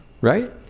right